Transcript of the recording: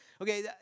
Okay